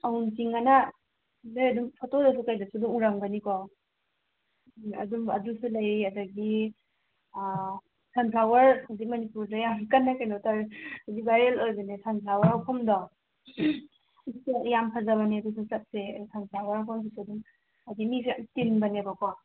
ꯑꯎꯟꯆꯤꯡ ꯍꯥꯏꯅ ꯑꯗꯨꯗꯒꯤ ꯑꯗꯨꯝ ꯐꯣꯇꯣꯗꯁꯨ ꯀꯔꯤꯗꯁꯨ ꯑꯗꯨꯝ ꯎꯔꯝꯒꯅꯤꯀꯣ ꯎꯝ ꯑꯗꯨꯝ ꯑꯗꯨꯁꯨ ꯂꯩ ꯑꯗꯒꯤ ꯁꯟꯐ꯭ꯂꯥꯋꯥꯔ ꯍꯧꯖꯤꯛ ꯃꯅꯤꯄꯨꯔꯗ ꯌꯥꯝ ꯀꯟꯅ ꯀꯩꯅꯣ ꯇꯧꯏ ꯍꯧꯖꯤꯛ ꯚꯥꯏꯔꯦꯜ ꯑꯣꯏꯕꯅꯦ ꯁꯟꯐ꯭ꯂꯥꯋꯥꯔ ꯃꯐꯝꯗꯣ ꯌꯥꯝ ꯐꯖꯕꯅꯦ ꯑꯗꯨꯁꯨ ꯆꯠꯁꯦ ꯁꯟꯐ꯭ꯂꯥꯋꯥꯔ ꯑꯩꯈꯣꯏꯒꯤꯁꯨ ꯑꯗꯨꯝ ꯍꯥꯏꯕꯗꯤ ꯃꯤꯁꯨ ꯌꯥꯝ ꯆꯤꯟꯕꯅꯦꯕꯀꯣ